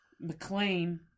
McLean